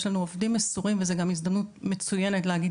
יש לנו עובדים מסורים וזה גם הזדמנות מצויינת להגיד